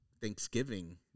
Thanksgiving